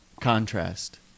contrast